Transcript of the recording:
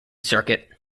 circuit